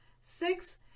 six